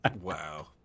Wow